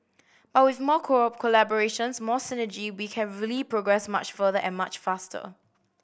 but with more collaborations more synergy we can really progress much further and much faster